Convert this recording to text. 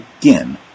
again